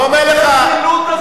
אני לא אומר לך, זו זילות השואה.